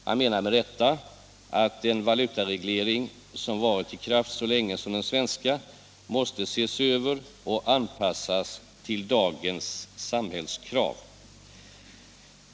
Han menar med rätta att en valutareglering som har varit i kraft så länge som den svenska måste ses över och anpassas till dagens samhällskrav.